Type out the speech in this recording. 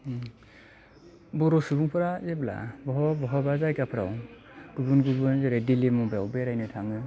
बर' सुबुंफोरा जेब्ला बबेयावबा बबेयावबा जायगाफ्राव गुबुन गुबुन जेरै दिल्ली मुम्बाइआव बेरायनो थाङो